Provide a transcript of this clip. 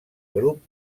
grup